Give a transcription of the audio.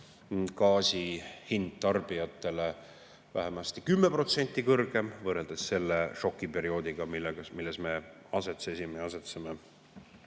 gaasi hind tarbijatele vähemasti 10% kõrgem kui sellel šokiperioodil, milles me asetsesime ja asetseme